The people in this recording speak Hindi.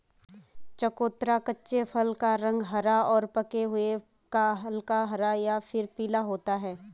चकोतरा कच्चे फल का रंग हरा और पके हुए का हल्का हरा या फिर पीला होता है